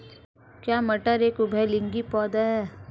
क्या मटर एक उभयलिंगी पौधा है?